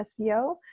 SEO